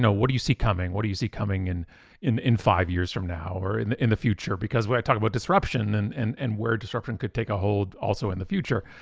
what do you see coming? what do you see coming and in in five years from now or in the in the future? because when i talk about disruption and and and where disruption could take a hold, also in the future,